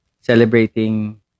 celebrating